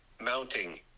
mounting